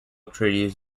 treaties